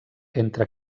entre